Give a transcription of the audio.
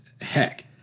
heck